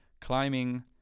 climbing